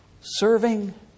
Serving